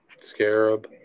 Scarab